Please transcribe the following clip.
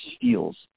feels